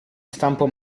stampo